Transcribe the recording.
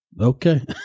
okay